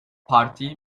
parti